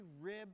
rib